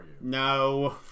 No